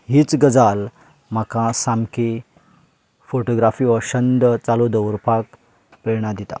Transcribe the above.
हीच गजाल म्हाका सामकी फोटोग्राफी वो छंद चालू दवरपाक प्रेरणा दिता